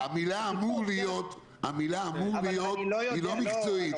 המלה אמור להיות היא לא מקצועית.